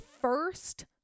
first